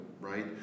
right